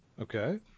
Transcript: okay